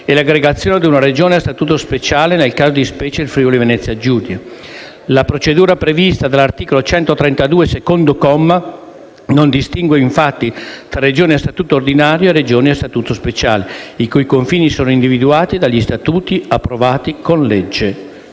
e l'aggregazione ad una Regione a statuto speciale (nel caso di specie il Friuli-Venezia Giulia). La procedura prevista all'articolo 132, secondo comma, non distingue infatti fra Regioni a statuto ordinario e Regioni a statuto speciale (i cui confini sono individuati dagli statuti approvati con legge